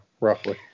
roughly